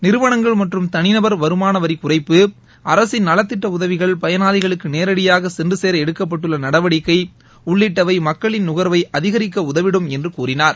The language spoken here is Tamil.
நிறுவனங்கள் மற்றும் தனிநபர் வருமான வரி குறைப்பு அரசின் நலத்திட்ட உதவிகள் பயனாளிகளுக்கு நேரடியாக சென்று சேர எடுக்கப்பட்டுள்ள நடவடிக்கை உள்ளிட்டவை மக்களின் நுகர்வை அதிகரிக்க உதவிடும் என்று கூறினார்